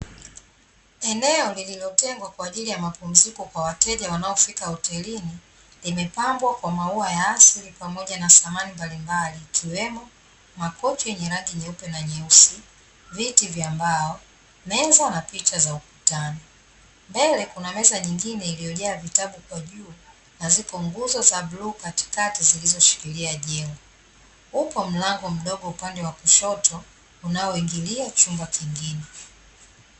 Eneo lilotengwa kwa ajili ya mapumziko kwa wateja wanaofika hotelini, imepambwa kwa maua ya asili pamoja na samani mbalimbali ikiwemo: makochi yenye rangi nyeupe na nyeusi, viti vya mbao, meza na picha za ukutani. Mbele kuna meza nyingine iliyojaa vitabu kwa juu na zipo nguzo za bluu katikati zilizoshikilia jengo. Upo mlango mdogo upande wa kushoto unaoingilia chumba kingine .